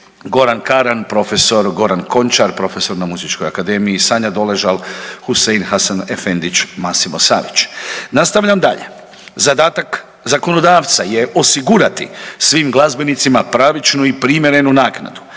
Goran Karan, profesor Goran Končar, profesor na Muzičkoj akademiji, Sanja Doležal, Husein Hasanefendić, Massimo Savić. Nastavljam dalje, zadatak zakonodavca je osigurati svim glazbenicima pravičnu i primjerenu naknadu